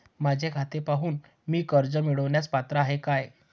माझे खाते पाहून मी कर्ज मिळवण्यास पात्र आहे काय?